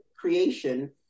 creation